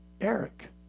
Eric